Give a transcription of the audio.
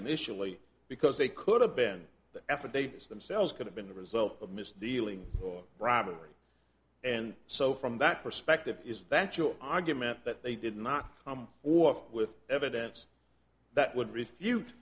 initially because they could have been the effort daves themselves could have been the result of mr dealing bribery and so from that perspective is that your argument that they did not or with evidence that would refute